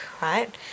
right